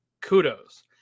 kudos